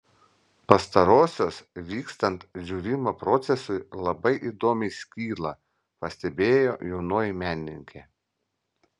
pastarosios vykstant džiūvimo procesui labai įdomiai skyla pastebėjo jaunoji menininkė